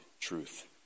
truth